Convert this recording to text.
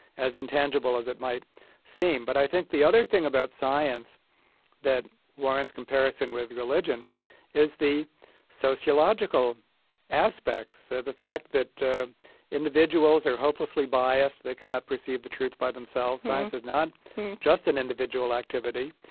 as intangible as it might seem. but i think the other thing about science that warrants comparison with religion is the sociological aspects, so the fact that individuals are hopelessly biased, they cannot perceive the truth by themselves science is not just an individual activity.